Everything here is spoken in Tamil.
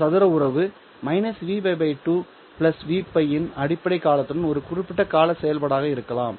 சதுர உறவு Vπ 2 Vπ இன் அடிப்படைக் காலத்துடன் ஒரு குறிப்பிட்ட கால செயல்பாடாக இருக்கலாம்